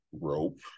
rope